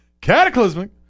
cataclysmic